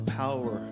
power